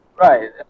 right